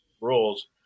rules